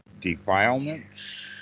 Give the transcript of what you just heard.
defilements